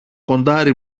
κοντάρι